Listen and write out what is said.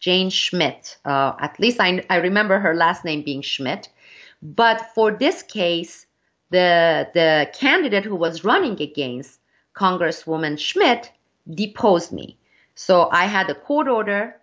jane schmidt at least and i remember her last name being schmidt but for this case the candidate who was running against congresswoman schmidt deposed me so i had a court order